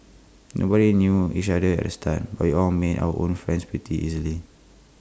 nobody knew each other at the start but we all made our own friends pretty easily